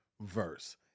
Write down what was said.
verse